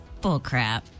Bullcrap